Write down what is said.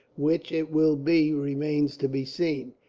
which it will be remains to be seen.